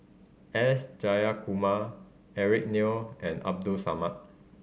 S Jayakumar Eric Neo and Abdul Samad